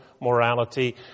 morality